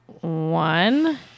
one